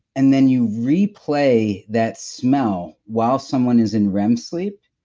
and then you replay that smell while someone is in rem sleep,